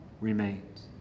remains